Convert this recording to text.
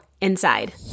inside